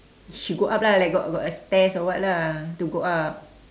she go up lah like got got stairs or what lah to go up